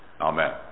amen